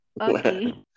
Okay